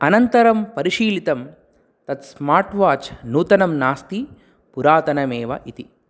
अनन्तरं परिशीलितं तत् स्मार्ट् वाच् नूतनं नास्ति पुरातनमेव इति